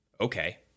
okay